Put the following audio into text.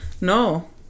No